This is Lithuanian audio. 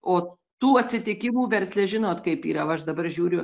o tų atsitikimų versle žinot kaip yra va aš dabar žiūriu